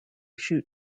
shoot